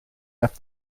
left